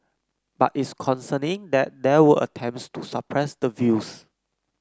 but it's concerning that there were attempts to suppress the views